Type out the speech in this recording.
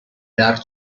dark